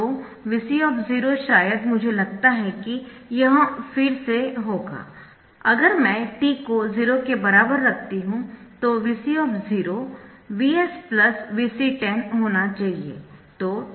तो Vc शायद मुझे लगता है कि यह फिर से होगा अगर मैं t को 0 के बराबर रखती हूं तो Vc Vs Vc10 होना चाहिए